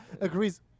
agrees